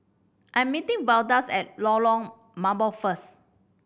I am meeting Veldas at Lorong Mambong first